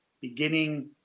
beginning